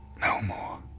no more.